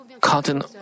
cotton